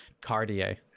Cartier